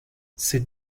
ses